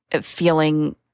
feeling